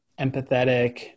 empathetic